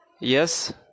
yes